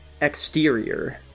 exterior